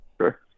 Sure